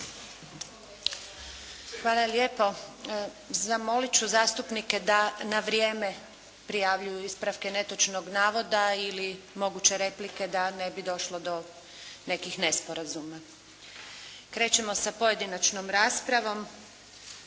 Hvala lijepo. Zamoliti ću zastupnike da na vrijeme prijavljuju ispravke netočnog navoda ili moguće replike da ne bi došlo do nekih nesporazuma. Krećemo sa pojedinačnom raspravom.